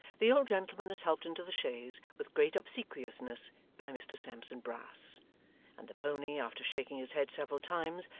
the old gentleman is helped into the chaise with great obsequiousness by mr sampson brass and the pony, after shaking his head several times,